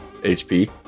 HP